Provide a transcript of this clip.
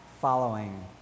following